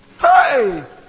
Hey